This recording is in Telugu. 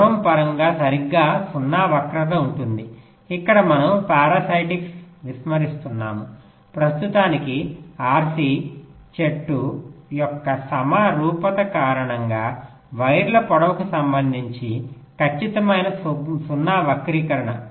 దూరం పరంగా సరిగ్గా 0 వక్రత ఉంటుంది ఇక్కడ మనము పారాసిటిక్స్ విస్మరిస్తున్నాము ప్రస్తుతానికి RC చెట్టు యొక్క సమరూపత కారణంగా వైర్ల పొడవుకు సంబంధించి ఖచ్చితమైన 0 వక్రీకరణ